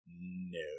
no